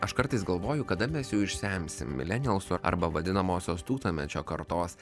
aš kartais galvoju kada mes jau išsemsim milenijausų arba vadinamosios tūkstantmečio kartos